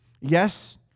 Yes